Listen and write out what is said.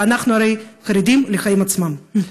ואנחנו הרי חרדים לחיים עצמם.